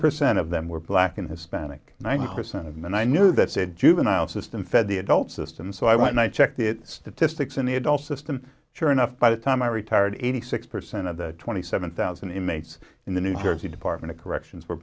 percent of them were black and hispanic ninety percent of them and i knew that said juvenile system fed the adult system so i want my check the statistics in the adult system sure enough by the time i retired eighty six percent of the twenty seven thousand inmates in the new jersey department of corrections were